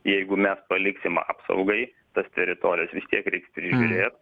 jeigu mes paliksim apsaugai tas teritorijas vis tiek reiks prižiūrėt